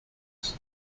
six